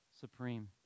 supreme